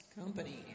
Company